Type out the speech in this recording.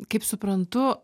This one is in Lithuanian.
kaip suprantu